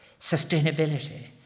sustainability